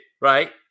right